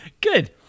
Good